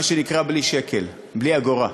מה שנקרא בלי שקל, בלי אגורה,